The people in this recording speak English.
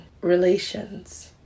relations